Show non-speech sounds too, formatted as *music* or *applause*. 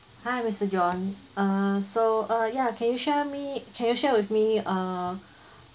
hi mister john uh so uh ya can you share me can you share with me uh *breath*